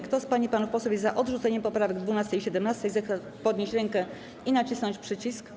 Kto z pań i panów posłów jest za odrzuceniem poprawek 12. i 17., zechce podnieść rękę i nacisnąć przycisk.